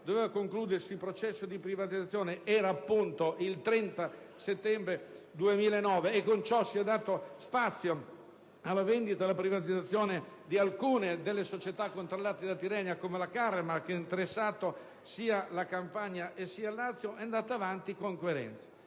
doveva concludersi il processo di privatizzazione era appunto il 30 settembre 2009 e con ciò si è dato spazio alla vendita e alla privatizzazione di alcune società controllate da Tirrenia, come la Caremar, con un'operazione che ha interessato sia la Campania sia il Lazio. Siamo poi arrivati al bando